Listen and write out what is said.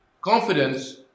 confidence